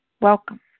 Welcome